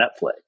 Netflix